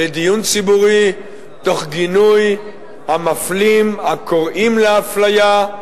לדיון ציבורי, תוך גינוי המפלים, הקוראים לאפליה,